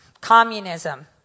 communism